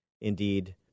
indeed